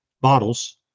bottles